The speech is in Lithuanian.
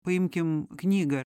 paimkim knygą